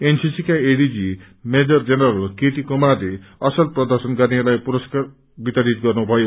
NCC का ADG major general KT कुमारले असल प्रर्दशन गर्नेहरूलाई पुरस्कार वितरित गर्नुभयो